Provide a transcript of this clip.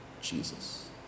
Jesus